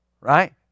Right